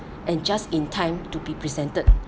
and just in time to be presented